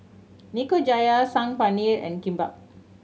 Nikujaga Saag Paneer and Kimbap